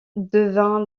devint